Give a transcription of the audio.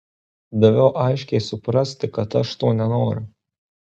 daviau aiškiai suprasti kad aš to nenoriu